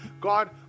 God